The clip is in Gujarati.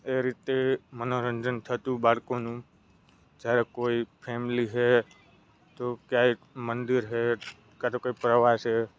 એ રીતે મનોરંજન થતું બાળકોનું જ્યારે કોઈ ફેમિલી છે તો ક્યાંક મંદિર છે કાં તો કંઈ પ્રવાસ છે